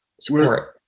support